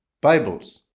Bibles